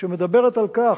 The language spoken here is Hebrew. שמדברת על כך,